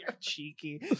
cheeky